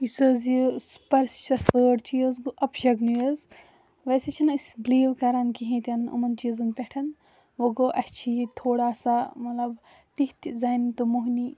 یُس حظ یہِ سُپٔرسِفٲڈ چھِ یہِ حظ گوٚو اَپشَگنی حظ ویسے چھِنہٕ أسۍ بٕلیٖو کَران کِہیٖنۍ تہِ نہٕ یِمَن چیٖزَن پٮ۪ٹھ وۄنۍ گوٚو اَسہِ چھِ ییٚتہِ تھوڑا سا مطلب تِتھۍ زَنہِ تہٕ مۄہنی